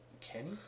Kenny